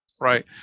right